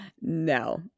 no